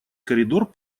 коридор